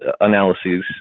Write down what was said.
analyses